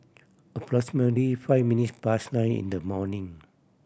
approximately five minutes past nine in the morning